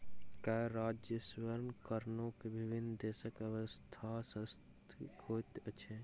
कर राजस्वक कारणेँ विभिन्न देशक अर्थव्यवस्था शशक्त होइत अछि